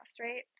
right